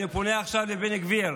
אני פונה עכשיו לבן גביר: